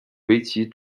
围棋